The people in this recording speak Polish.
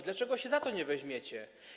Dlaczego się za to nie weźmiecie?